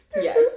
Yes